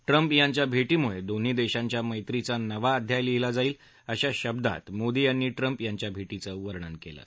Trump यांच्या भेटीमुळे दोन देशांच्या मैत्रीचा नवा अध्याय लिहिला जाणार आहे अशा शब्दात मोदी यांनी ट्रम्प यांच्या भेटीचं वर्णन केलं आहे